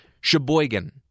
Sheboygan